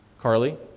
Carly